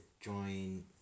join